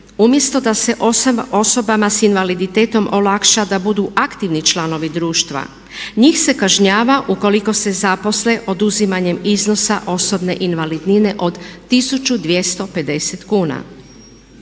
umjesto da se osobama s invaliditetom olakša da budu aktivni članovi društva njih se kažnjava ukoliko se zaposle oduzimanjem iznosa osobne invalidnine od 1250 kuna.